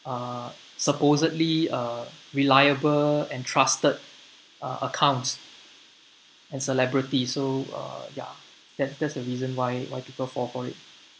uh supposedly uh reliable and trusted accounts and celebrity so uh ya th~ that's the reason why why people fall for it